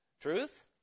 Truth